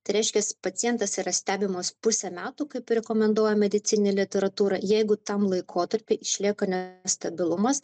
tai reiškias pacientas yra stebimas pusę metų kaip ir rekomenduoja medicininė literatūra jeigu tam laikotarpy išlieka nestabilumas